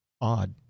odd